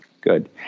Good